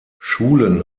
schulen